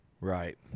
Right